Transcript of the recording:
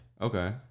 Okay